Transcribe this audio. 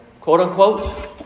quote-unquote